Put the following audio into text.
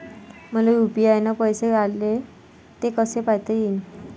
मले यू.पी.आय न पैसे आले, ते कसे पायता येईन?